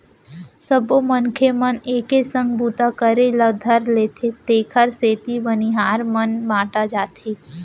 सबो मनखे मन एके संग बूता करे ल धर लेथें तेकर सेती बनिहार मन बँटा जाथें